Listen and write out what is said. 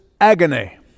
agony